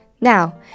Now